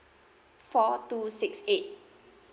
four two six eight